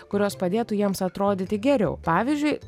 kurios padėtų jiems atrodyti geriau pavyzdžiui